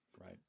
Right